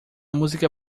música